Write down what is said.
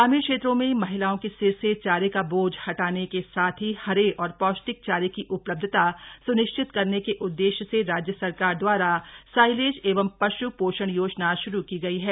ग्रामीण क्षेत्रों में महिलाओं के सिर से चारे का बोझा हटाने के साथ ही हरे और पौष्टिक चारे की उपलब्धता सुनिश्चित करने के उददेश्य से राज्य सरकार दवारा साइलेज एवं पश् पोषण योजना शुरू की गयी है